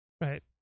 right